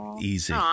Easy